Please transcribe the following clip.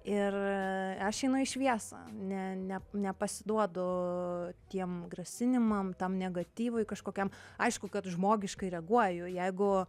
ir aš einu į šviesą ne ne nepasiduodu tiem grasinimam tam negatyvui kažkokiam aišku kad žmogiškai reaguoju jeigu